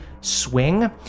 swing